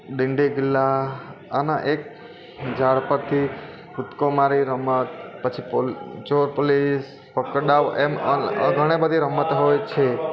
ગિલ્લી દંડા આના એક ઝાડ પરથી કૂદકો મારી રમત પછી ચોર પુલીસ પકડદાવ એમ ઘણી બધી રમતો હોય છે